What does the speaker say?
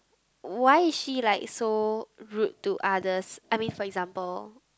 why is she like so rude to others I mean for example